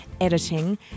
editing